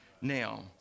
Now